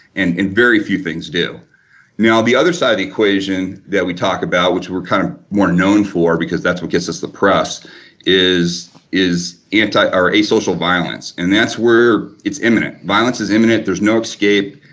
and and very few things do now the other side of the equation that we talk about which we are kind of more known for because that's what gets us the press is is anti or asocial violence, and that's where it's imminent. violence is imminent, there is no escape,